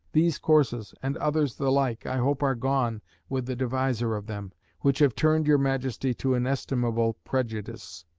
these courses and others the like i hope are gone with the deviser of them which have turned your majesty to inestimable prejudice.